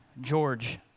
George